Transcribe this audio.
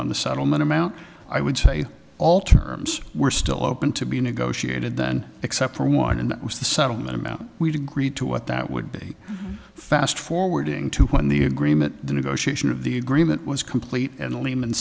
on the settlement amount i would say all terms were still open to be negotiated then except for one and that was the settlement amount we did agree to what that would a fast forwarding to when the agreement the negotiation of the agreement was complete and le